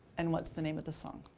and what's the name of the song?